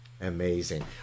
amazing